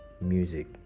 Music